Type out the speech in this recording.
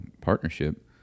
partnership